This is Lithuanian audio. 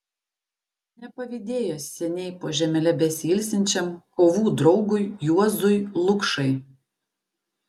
nepavydėjo seniai po žemele besiilsinčiam kovų draugui juozui lukšai